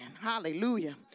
Hallelujah